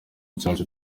cyacu